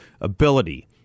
ability